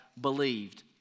believed